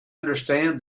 understand